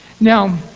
Now